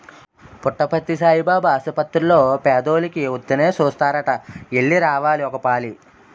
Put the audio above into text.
పుట్టపర్తి సాయిబాబు ఆసపత్తిర్లో పేదోలికి ఉత్తినే సూస్తారట ఎల్లి రావాలి ఒకపాలి